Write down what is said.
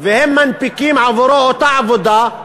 והם מנפיקים עבורו אותה עבודה,